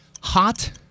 hot